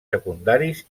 secundaris